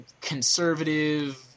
conservative